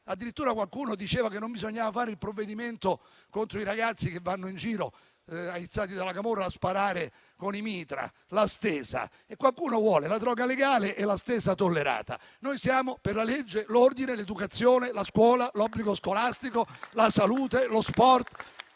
addirittura qualcuno diceva che non bisognava fare il provvedimento contro i ragazzi che vanno in giro, aizzati dalla camorra, a sparare con i mitra, a fare la cosiddetta *stesa*. Qualcuno vuole la droga legale e la stesa tollerata. Noi siamo per la legge, l'ordine, l'educazione, la scuola, l'obbligo scolastico, la salute, lo sport